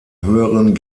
höheren